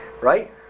Right